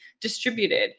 distributed